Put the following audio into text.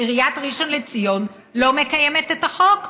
עיריית ראשון לציון לא מקיימת את החוק,